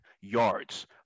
yards